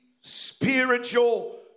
spiritual